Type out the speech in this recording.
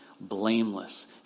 blameless